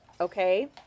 Okay